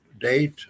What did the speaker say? date